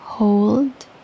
Hold